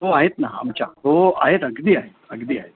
हो आहेत ना आमच्या हो आहेत अगदी आहेत अगदी आहेत